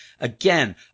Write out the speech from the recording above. again